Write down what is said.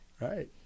Right